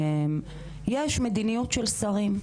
יש מדיניות של שרים,